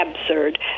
absurd